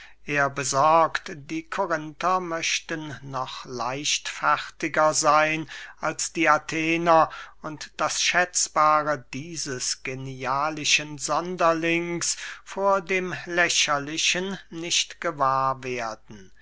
er besorgt die korinther möchten noch leichtfertiger seyn als die athener und das schätzbare dieses genialischen sonderlings vor dem lächerlichen nicht gewahr werden